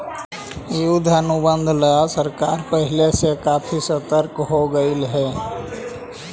युद्ध अनुबंध ला सरकार पहले से काफी सतर्क हो गेलई हे